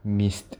mist